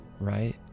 Right